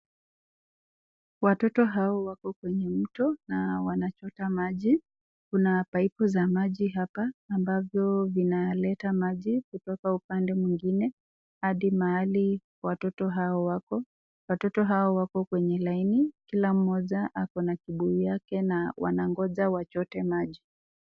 Watoto hao wako kwenye mto na wanachota maji, kuna paipu za maji hapa ambavyo vinaleta maji kutoka upande mwingine hadi mahali watoto hao wako. Watoto hao wako kwenye laini kila mmoja akona kibuyu yake na wanang'oja wachote maji.